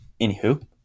anywho